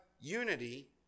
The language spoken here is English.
unity